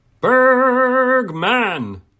Bergman